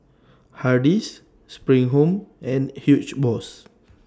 Hardy's SPRING Home and Huge Boss